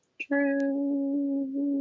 True